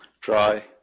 try